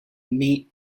meet